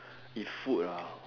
if food ah